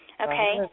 Okay